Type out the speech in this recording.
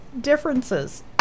differences